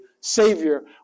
Savior